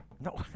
No